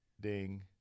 Ding